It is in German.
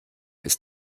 ist